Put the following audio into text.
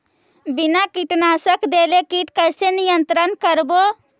बिना कीटनाशक देले किट कैसे नियंत्रन करबै?